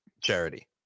charity